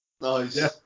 Nice